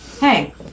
Hey